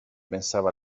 pensava